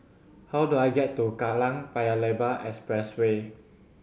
how do I get to Kallang Paya Lebar Expressway